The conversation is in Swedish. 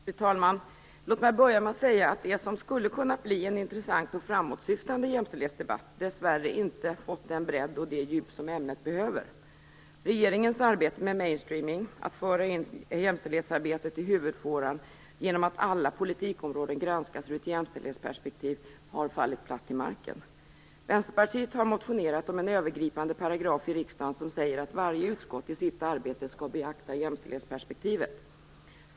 Fru talman! Låt mig börja med att säga att det som skulle kunnat bli en intressant och framåtsyftande jämställdhetsdebatt dessvärre inte fått den bredd och det djup som ämnet behöver. Regeringens arbete med mainstreaming, att föra in jämställdhetsarbetet i huvudfåran genom att alla politikområden granskas ur ett jämställdhetsperspektiv, har fallit platt till marken. Vänsterpartiet har motionerat om en övergripande paragraf i riksdagsordningen som säger att varje utskott i sitt arbete skall beakta jämställdhetsperspektivet.